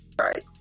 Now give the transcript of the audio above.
right